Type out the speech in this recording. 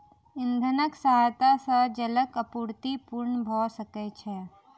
इंधनक सहायता सॅ जलक आपूर्ति पूर्ण भ सकै छै